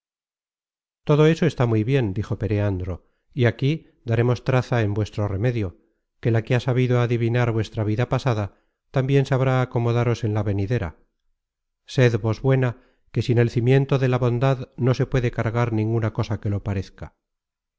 todo eso está muy bien dijo periandro y aquí daremos traza en vuestro remedio que la que ha sabido adivinar vuestra vida pasada tambien sabrá acomodaros en la venidera sed vos buena que sin el cimiento de la bondad no se content from google book search generated at puede cargar ninguna cosa que lo parezca